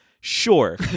Sure